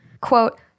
quote